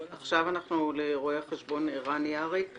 רואה החשבון ערן יאראק,